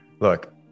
Look